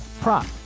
prop